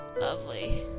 lovely